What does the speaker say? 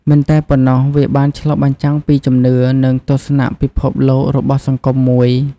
មិនតែប៉ុណ្ណោះ វាបានឆ្លុះបញ្ចាំងពីជំនឿ និងទស្សនៈពិភពលោករបស់សង្គមមួយ។